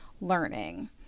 learning